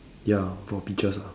ya four peaches ah